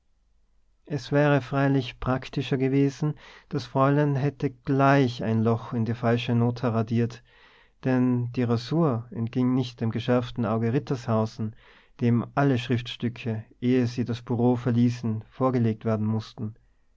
es wäre freilich praktischer gewesen das fräulein hätte gleich ein loch in die falsche nota radiert denn die rasur entging nicht dem geschärften auge rittershausens dem alle schriftstücke ehe sie das bureau verließen vorgelegt werden mußten